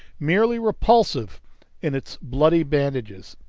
merely repulsive in its bloody bandages.